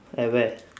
at where